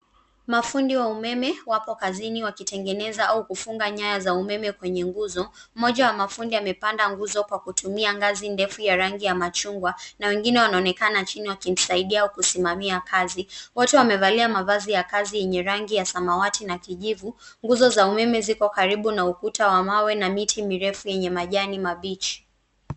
Mafundi wa umeme wapo kazini wakitengeneza au kufunga nyaya za umeme kwenye nguzo. Mmoja wa mafundi amepanda nguzo kwa kutumia ngazi ndefu ya rangi ya machungwa na wengine wanaonekana chini wakimsaidia au kusimamia kazi. Wote wamevalia mavazi ya kazi yenye rangi ya samawati na kijivu, nguzo za umeme ziko karibu na ukuta wa mawe na miti mirefu yenye majani mabichi.